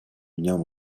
днем